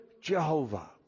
Jehovah